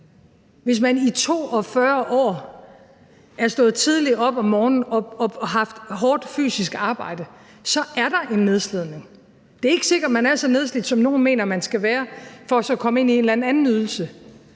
Hvis man i 42 år er stået tidligt op om morgenen og haft hårdt fysisk arbejde, så er der en nedslidning. Det er ikke sikkert, man er så nedslidt, som nogle mener man skal være for at komme ind på en eller